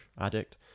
addict